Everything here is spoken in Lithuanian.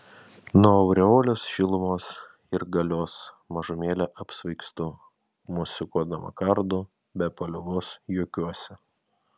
nuo aureolės šilumos ir galios mažumėlę apsvaigstu mosikuodama kardu be paliovos juokiuosi